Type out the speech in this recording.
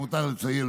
למותר לציין,